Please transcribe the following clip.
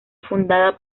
fundada